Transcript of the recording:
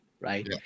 right